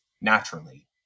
naturally